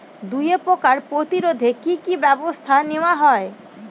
দুয়ে পোকার প্রতিরোধে কি কি ব্যাবস্থা নেওয়া হয়?